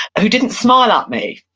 who didn't smile at me,